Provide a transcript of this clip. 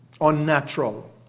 Unnatural